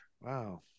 Wow